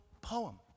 poem